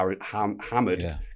hammered